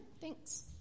thanks